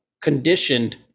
conditioned